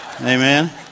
Amen